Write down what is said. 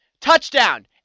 Touchdown